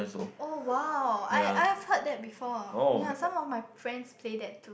oh !wow! I I've heard that before ya some of my friends play that too